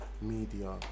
media